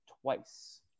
twice